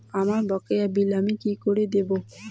আমার বকেয়া বিল আমি কি করে দেখব?